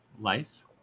life